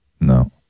No